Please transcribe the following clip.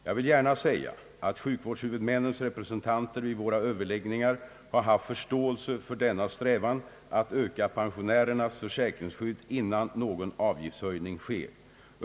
Jag vill gärna säga att sjukvårdshuvudmännens representanter vid våra Ööverläggningar har haft förståelse för denna strävan att öka pensionärernas försäkringsskydd innan någon avgiftshöjning sker.